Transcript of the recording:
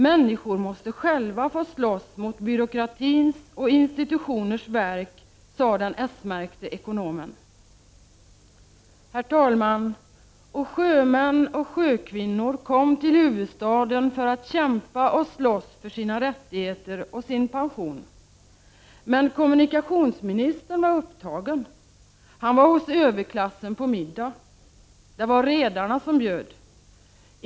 Människor måste själva få slåss mot byråkratins och institutioners verk.” Det sade den s-märkte ekonomen. Herr talman! Och sjömän och sjökvinnor kom till huvudstaden för att kämpa och slåss för sina rättigheter och sin pension. Men kommunikationsministern var upptagen: han var hos överklassen på middag -— det var redarna som bjöd.